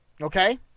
Okay